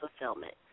fulfillment